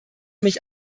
mich